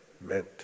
meant